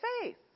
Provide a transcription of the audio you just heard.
faith